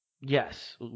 yes